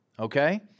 Okay